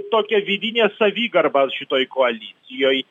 tokia vidinė savigarba šitoj koalicijoj